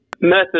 method